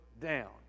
down